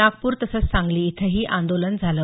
नागपूर तसंच सांगली इथंही आंदोलन झालं